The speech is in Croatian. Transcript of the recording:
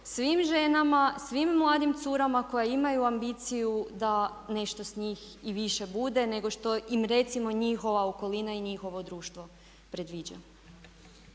svim ženama, svim mladim curama koje imaju ambiciju da nešto s njih i više bude nego što im recimo njihova okolina i njihovo društvo predviđa.